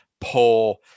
poor